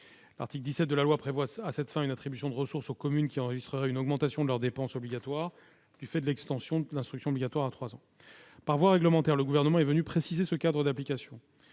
L'article 17 de la loi prévoit à cette fin une attribution de ressources aux communes qui enregistreraient une augmentation de leurs dépenses obligatoires du fait de l'extension de l'instruction obligatoire à 3 ans. Par voie réglementaire, le Gouvernement est venu préciser ce cadre d'application.